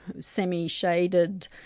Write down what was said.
semi-shaded